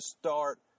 start